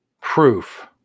proof